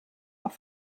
auf